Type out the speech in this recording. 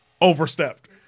overstepped